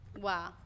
Wow